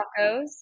tacos